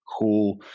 cool